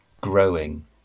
growing